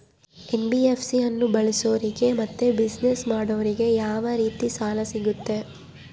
NBFC ಅನ್ನು ಬಳಸೋರಿಗೆ ಮತ್ತೆ ಬಿಸಿನೆಸ್ ಮಾಡೋರಿಗೆ ಯಾವ ರೇತಿ ಸಾಲ ಸಿಗುತ್ತೆ?